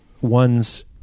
one's